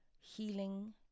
Healing